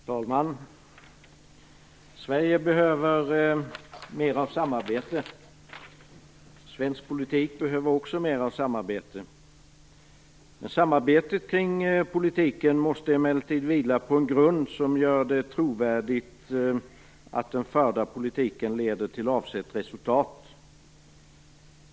Fru talman! Sverige behöver mer av samarbete. Svensk politik behöver också mer av samarbete. Samarbetet kring politiken måste emellertid vila på en grund som gör det trovärdigt att den förda politiken leder till avsett resultat.